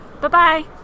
Bye-bye